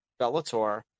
Bellator